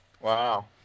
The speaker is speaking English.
Wow